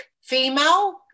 female